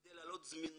כדי להעלות זמינות